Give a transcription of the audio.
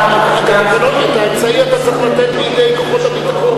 את האמצעי אתה צריך לתת בידי כוחות הביטחון.